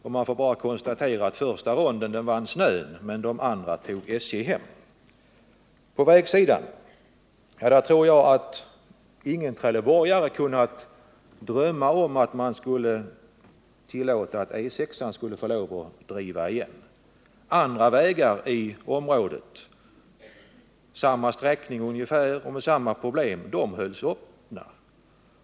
Det är bara att konstatera att första ronden vann snön, men de andra tog SJ hem. Vad beträffar vägsidan tror jag att ingen trelleborgare kunnat drömma om att man skulle tillåta E 6:an att driva igen. Andra vägar i området med ungefär samma sträckning och med samma problem hölls öppna.